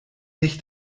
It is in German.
nicht